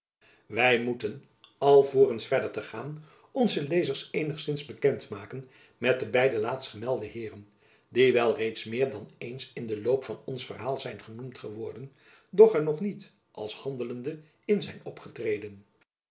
wy moeten alvorens verder te gaan onze lezers eenigzins bekend maken met de beide laatstgemelde heeren die wel reeds meer dan eens in den loop van ons verhaal zijn genoemd geworden doch er nog niet als handelende in zijn opgetreden